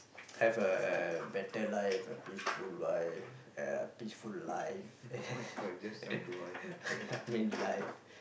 have a better life a peaceful wife uh peaceful life I mean life